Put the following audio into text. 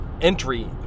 entry